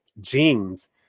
jeans